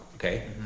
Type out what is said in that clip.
Okay